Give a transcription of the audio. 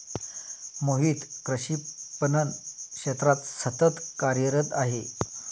मोहित कृषी पणन क्षेत्रात सतत कार्यरत आहे